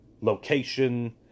location